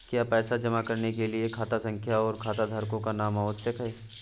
क्या पैसा जमा करने के लिए खाता संख्या और खाताधारकों का नाम आवश्यक है?